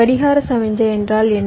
கடிகார சமிக்ஞை என்றால் என்ன